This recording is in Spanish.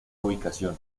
ubicación